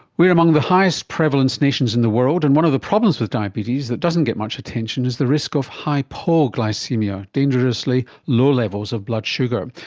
we are among the highest prevalence nations in the world, and one of the problems with diabetes that doesn't get much attention is the risk of hypoglycaemia, dangerously low levels of blood sugar.